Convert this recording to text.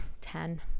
Ten